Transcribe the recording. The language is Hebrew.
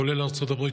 כולל ארצות הברית,